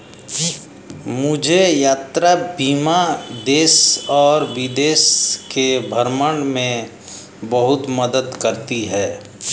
मुझे यात्रा बीमा देश और विदेश के भ्रमण में बहुत मदद करती है